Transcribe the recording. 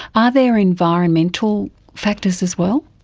are there environmental factors as well?